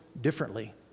differently